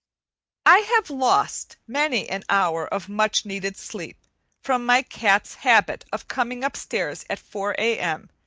i have lost many an hour of much-needed sleep from my cat's habit of coming upstairs at four a m.